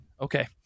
Okay